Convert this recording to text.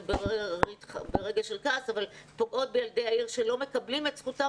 זה רגע של כעס שלא מקבלים את זכותם